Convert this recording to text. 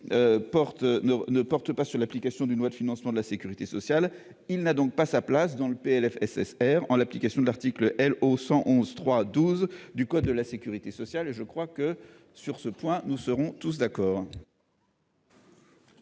ne porte pas sur l'application d'une loi de financement de la sécurité sociale : il n'a donc pas sa place dans le PLFRSS, en application de l'article L.O. 111-3-12 du code de la sécurité sociale. Je crois que, sur ce point, nous serons tous d'accord